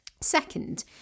Second